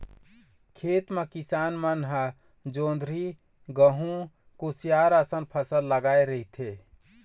खेत म किसान मन ह जोंधरी, गहूँ, कुसियार असन फसल लगाए रहिथे